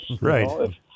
Right